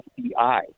fbi